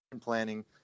planning